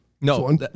No